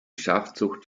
schafzucht